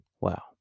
Wow